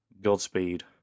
Godspeed